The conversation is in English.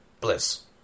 bliss